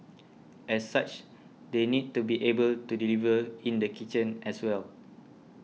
as such they need to be able to deliver in the kitchen as well